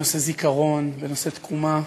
בנושא זיכרון, בנושא תקומה,